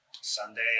Sunday